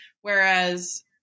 whereas